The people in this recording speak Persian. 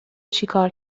چیکار